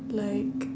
like